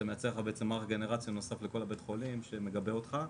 אתה מייצר לך גנרציה נוסף לכל הבית חולים שמגבה אותך,